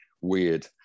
weird